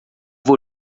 vou